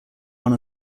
one